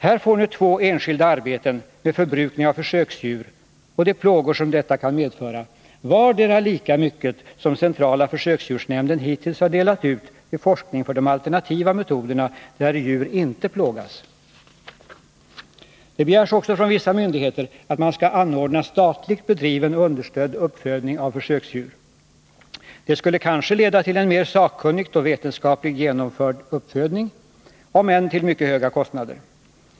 Här får nu två enskilda arbeten med förbrukning av försöksdjur — och de plågor som denna medför — vardera lika mycket som centrala försöksdjursnämnden hittills har delat ut till forskning för de alternativa metoderna — där djur inte plågas. Det begärs också från vissa myndigheter att man skall anordna statligt bedriven och understödd uppfödning av försöksdjur. Det skulle kanske leda till en mer sakkunnigt och vetenskapligt genomförd uppfödning — om än till mycket höga kostnader.